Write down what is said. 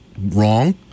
wrong